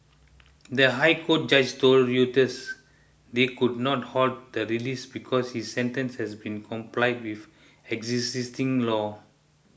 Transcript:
the High Court judges told Reuters they could not halt the release because his sentence has been complied with existing law